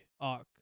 arc